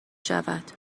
شود